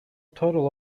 total